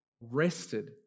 rested